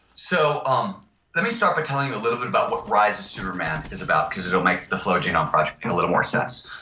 so um let me start but off a little bit about what rise of superman is about because it will make the flow genome project make a little more sense.